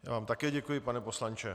Já vám také děkuji, pane poslanče.